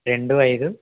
రెండు ఐదు